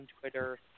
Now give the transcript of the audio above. Twitter